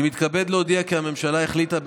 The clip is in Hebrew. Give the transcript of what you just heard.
אני מתכבד להודיע כי הממשלה החליטה,